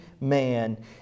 man